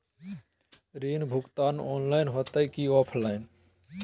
ऋण भुगतान ऑनलाइन होते की ऑफलाइन?